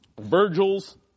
Virgil's